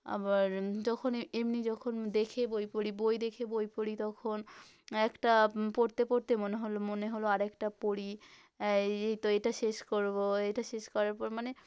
আবার যখন এ এমনি যখন দেখে বই পড়ি বই দেখে বই পড়ি তখন একটা পড়তে পড়তে মনে হল মনে হল আরেকটা পড়ি এই এই তো এটা শেষ করব এইটা শেষ করার পর মানে